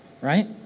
right